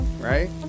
Right